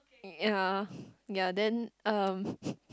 ya ya then um